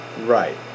Right